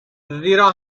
زیرا